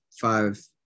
five